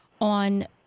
on